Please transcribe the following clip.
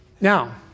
Now